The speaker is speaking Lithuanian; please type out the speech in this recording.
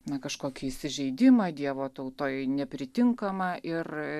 na kažkokį įsižeidimą dievo tautoj nepritinkama ir